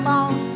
on